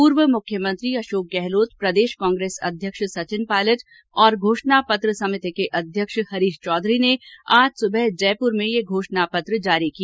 पूर्व मुख्यमंत्री अशोक गहलोत प्रदेश कांग्रेस अध्यक्ष सचिन पायलट तथा घोषणा पत्र समिति की अध्यक्ष हरीश चौधरी ने आज सुबह जयपुर में यह घोषणा पत्र जारी किया